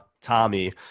Tommy